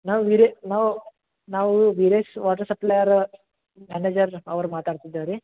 ನಾವು ವೀರೆ ನಾವು ನಾವು ವೀರೇಶ್ ವಾಟ್ರ್ ಸಪ್ಲೈಯರ ಮ್ಯಾನೇಜರ್ ಅವ್ರು ಮಾತಾಡ್ತಿದ್ದೇವೆ ರೀ